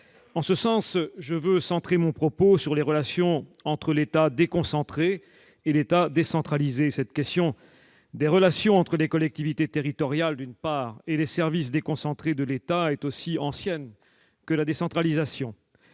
En ce sens, je veux centrer mon propos sur les relations entre l'État déconcentré et l'État décentralisé. Cette question des relations entre les collectivités territoriales et les services déconcentrés de l'État est aussi ancienne que la décentralisation.